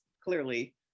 clearly